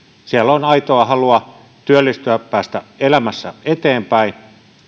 siellä on aitoa halua työllistyä päästä elämässä eteenpäin